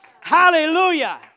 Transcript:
Hallelujah